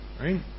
right